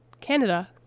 Canada